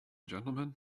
gentlemen